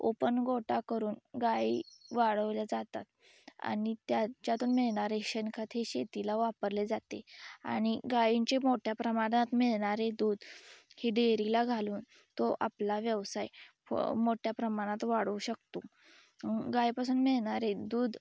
open गोठा करून गायी वाढवल्या जातात आणि त्याच्यातून मिळणारे शेणखत हे शेतीला वापरले जाते आणि गायींचे मोठ्या प्रमाणात मिळणारे दूध हे डेरीला घालून तो आपला व्यवसाय फ मोठ्या प्रमाणात वाढवू शकतो गायीपासून मिळणारे दूध